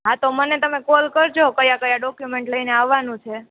હા તો મને તમે કોલ કરજો કયા કયા ડોક્યુમેન્ટ લઈને આવાનું છે